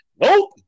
Nope